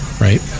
Right